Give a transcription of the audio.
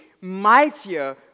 mightier